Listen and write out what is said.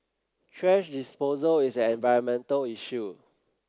thrash disposal is an environmental issue